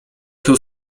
się